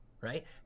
right